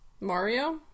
Mario